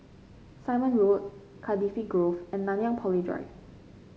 Simon Road Cardifi Grove and Nanyang Poly Drive